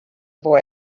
boy